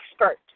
expert